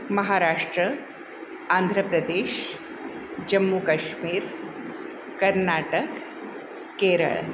Maharashtra Andhra Pradesh Jammu Kashmir Karnataka Kerala